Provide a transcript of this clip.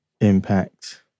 impact